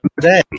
today